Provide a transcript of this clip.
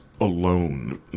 alone